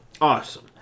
Awesome